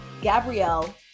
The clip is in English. Gabrielle